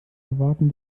erwarten